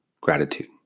Gratitude